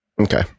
okay